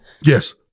yes